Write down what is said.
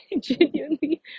genuinely